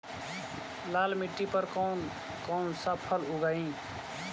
लाल मिट्टी पर कौन कौनसा फसल उगाई?